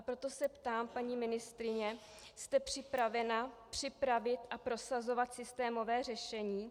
Proto se ptám, paní ministryně, jste připravena připravit a prosazovat systémové řešení?